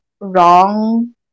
wrong